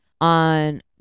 on